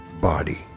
body